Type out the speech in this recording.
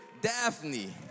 Daphne